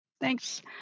Thanks